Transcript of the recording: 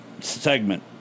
Segment